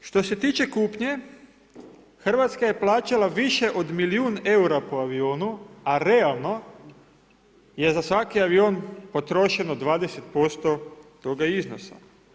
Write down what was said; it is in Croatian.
A što se tiče kušnje, Hrvatska je plaćala više od milijun eura po avionu a realno je za svaki avion potrošeno 20% toga iznosa.